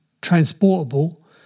transportable